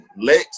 Lex